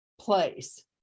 place